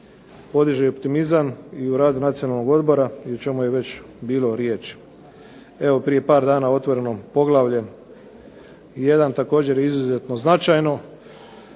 podiže optimizam i u radu Nacionalnog odbora i o čemu je već bilo riječ. Evo prije par dana otvoreno poglavlje 1. također izuzetno značajno.